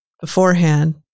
beforehand